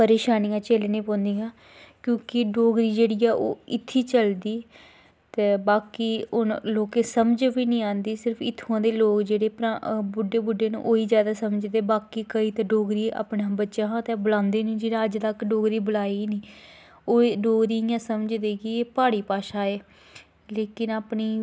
परेशानियां झेलनियां पौंदियां क्योंकि डोगरी जेह्ड़ी ऐ ओह् इत्थैं गै चलदी ते बाकी हून लोकें समझ बी नी आंदी सिर्फ इत्थुआं दे लोग बुड्डे बुड्डे ओह् ई समझदे बाकी केई ते डोगरी अपने बच्चैं हा ते बलांदे है नी जिनैं अज्ज तक डोगरी बलाई गै नी ओह् डोगरी गी इयां समझदे कि एह् प्हाड़ी भाशा ऐ लेकिन अपनी